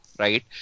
right